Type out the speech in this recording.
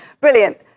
brilliant